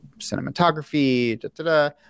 cinematography